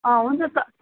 हुन्छ त